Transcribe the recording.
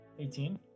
18